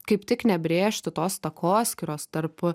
kaip tik nebrėžti tos takoskyros tarp